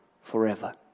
forever